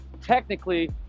technically